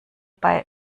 bei